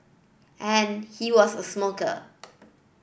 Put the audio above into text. and he was a smoker